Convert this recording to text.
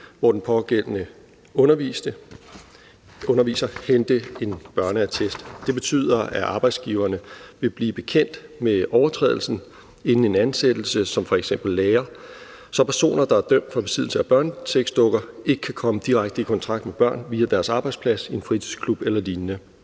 hvor den pågældende underviser, hente en børneattest. Det betyder, at arbejdsgiveren vil blive bekendt med overtrædelsen inden en ansættelse som f.eks. lærer, så personer, der er dømt for besiddelse af børnesexdukker, ikke kan komme direkte i kontakt med børn via deres arbejdsplads, en fritidsklub eller lignende.